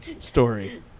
Story